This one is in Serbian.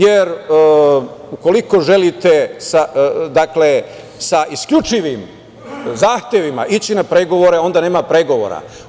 Jer, ukoliko želite sa isključivim zahtevima ići na pregovore, onda nema pregovora.